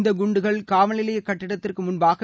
இந்த குண்டுகள் காவல்நிலைய கட்டிடத்திற்கு முன்பாக வெடித்தன